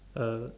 uh